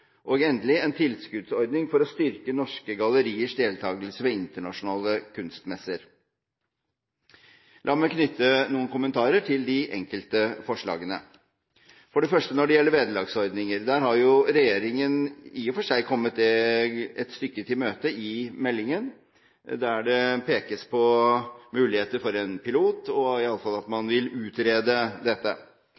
en tilskuddsordning for å styrke norske galleristers deltakelse ved internasjonale kunstmesser La meg knytte noen kommentarer til de enkelte forslagene. For det første når det gjelder vederlagsordninger: Der har regjeringen i og for seg kommet det et stykke i møte i meldingen, der det pekes på muligheter for et pilotprosjekt, og iallfall at man